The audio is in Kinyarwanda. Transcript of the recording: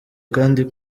kandi